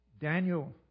Daniel